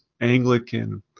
Anglican